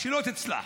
שלא תצלח.